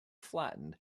flattened